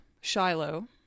Shiloh